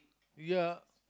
ya